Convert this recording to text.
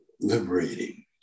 Liberating